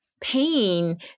pain